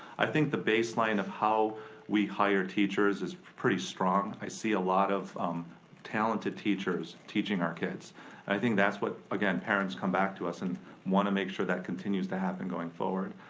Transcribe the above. i think the baseline of how we hire teachers is pretty strong. i see a lot of talented teachers teaching our kids. and i think that's what, again, parents come back to us and wanna make sure that continues to happen going forward.